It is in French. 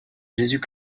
jésus